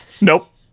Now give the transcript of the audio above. Nope